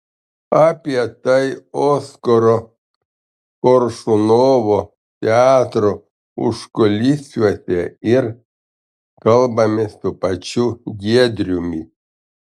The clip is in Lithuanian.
apie tai oskaro koršunovo teatro užkulisiuose ir kalbamės su pačiu giedriumi